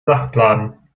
saftladen